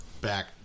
back